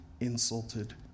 insulted